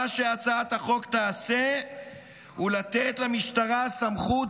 מה שהצעת החוק תעשה הוא לתת למשטרה סמכות